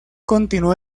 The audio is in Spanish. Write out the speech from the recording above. continuó